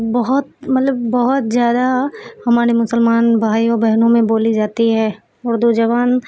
بہت مطلب بہت زیادہ ہمارے مسلمان بھائیو بہنوں میں بولی جاتی ہے اردو زبان